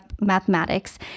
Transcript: Mathematics